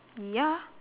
ya